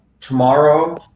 tomorrow